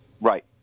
Right